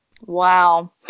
Wow